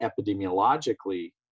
epidemiologically